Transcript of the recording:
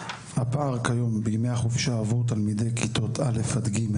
הפער כיום בימי החופשה עבור תלמידי כיתות א' עד ג',